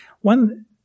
One